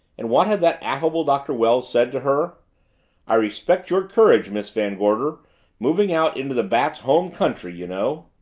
and what had that affable doctor wells said to her i respect your courage, miss van gorder moving out into the bat's home country, you know!